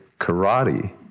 karate